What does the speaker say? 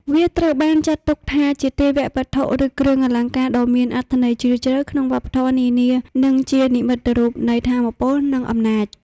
វាត្រូវបានចាត់ទុកថាជាទេវវត្ថុឬគ្រឿងអលង្ការដ៏មានអត្ថន័យជ្រាលជ្រៅក្នុងវប្បធម៌នានា និងជានិមិត្តរូបនៃថាមពល និងអំណាច។